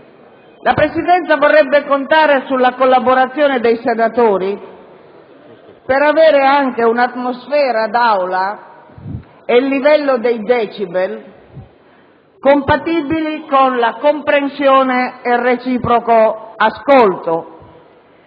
La Presidenza vorrebbe contare sulla collaborazione dei senatori per realizzare un'atmosfera d'Aula e ottenere un livello di decibel compatibili con la comprensione e il reciproco ascolto.